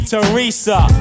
Teresa